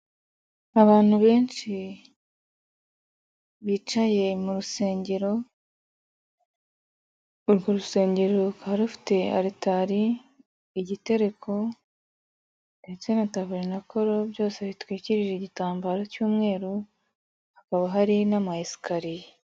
Abantu benshi bicaye mu rusengero urwo rusengero, urwo rusengero rukaba rufite aritali, igitereko ndetse na taburenakoro byose bitwikirije igitambaro cy'umweru, hakaba hari n'ama esikariye.